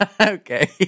okay